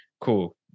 Cool